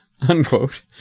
unquote